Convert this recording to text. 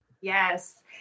Yes